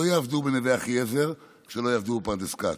לא יעבדו בנווה אחיעזר כשלא יעבדו בפרדס כץ.